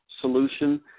solution